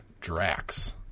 Drax